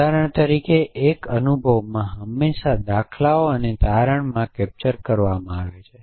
ઉદાહરણ તરીકે એક અનુભવમાં હંમેશા દાખલાઓ અને તારણોમાં કેપ્ચર કરવામાં આવે છે